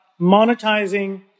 monetizing